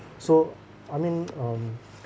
so I mean um